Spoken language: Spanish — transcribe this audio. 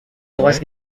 aguas